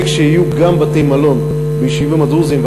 וכשיהיו גם בתי-מלון ביישובים הדרוזיים,